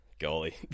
Golly